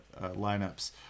lineups